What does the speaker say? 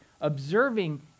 observing